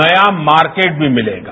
नया मार्केट भी मिलेगा